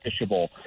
fishable